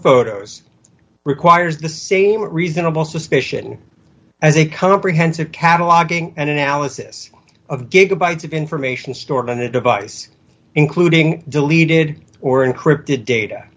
photos requires the same reasonable suspicion as a comprehensive cataloging and analysis of gigabytes of information stored on a device including deleted or encrypted data